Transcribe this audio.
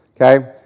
Okay